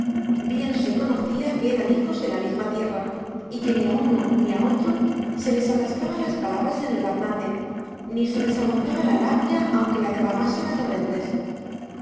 bien se conocía que eran hijos de la misma tierra y que ni a uno ni a otro se les atascaban las palabras en el gaznate ni se les agotaba la labia aunque la derramasen a torrentes